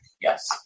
Yes